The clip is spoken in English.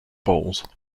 bowls